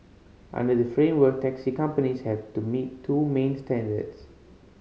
under the framework taxi companies have to meet two main standards